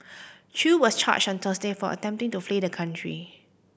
Chew was charged on Thursday for attempting to flee the country